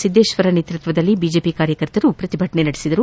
ಸಿದ್ದೇಶ್ವರ ನೇತೃತ್ವದಲ್ಲಿ ಬಿಜೆಪಿ ಕಾರ್ಯಕರ್ತರು ಪ್ರತಿಭಟನೆ ನಡೆಸಿದರು